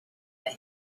that